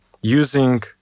using